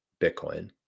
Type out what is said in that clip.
Bitcoin